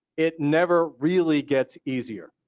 it never really gets easier.